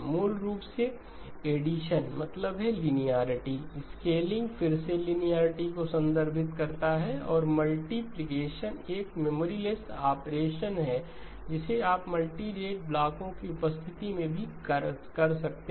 मूल रूप से ऐडीशन मतलब है लिनियेरिटी स्केलिंग फिर से लिनियेरिटी को संदर्भित करता है और मल्टीप्लिकेशन एक मेमोरी लेस्स ऑपरेशन है जिसे आप मल्टीरेट ब्लॉकों की उपस्थिति में भी कर सकते हैं